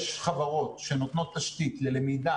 יש חברות שנותנות תשתית ללמידה סינכרונית וא-סינכרונית.